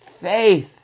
faith